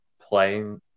playing